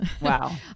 Wow